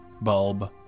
bulb